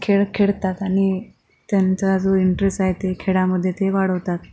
खेळ खेळतात आणि त्यांचा जो इंटरेस आहे ते खेळामधे ते वाढवतात